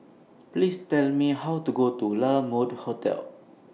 Please Tell Me How to Go to La Mode Hotel